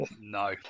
No